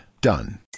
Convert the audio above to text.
Done